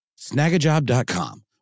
Snagajob.com